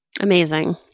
Amazing